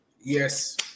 Yes